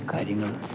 കാര്യങ്ങള്